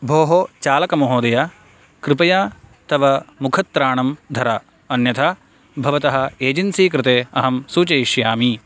भोः चालकमहोदय कृपया तव मुखत्राणं धर अन्यथा भवतः एजेन्सी कृते अहं सूचयिष्यामी